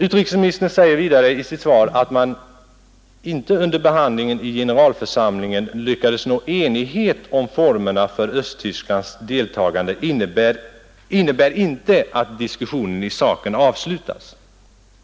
Utrikesministern säger vidare i sitt svar: ”Att man inte under behandlingen i generalförsamlingen lyckades nå enighet om formerna för Östtysklands deltagande innebär inte att diskussionen i saken avslutats.